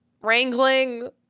wrangling